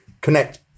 connect